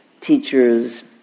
teachers